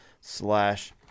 slash